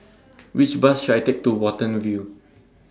Which Bus should I Take to Watten View